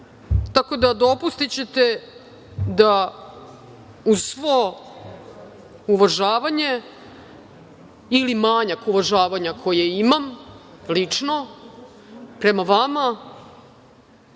posao. Dopustićete da, uz svo uvažavanje ili manjak uvažavanja koje imam, lično prema vama,